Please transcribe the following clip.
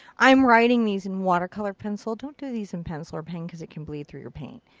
i'm writing these in watercolor pencil. don't do these in pencil or pen cause it can bleed through your paint.